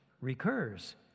recurs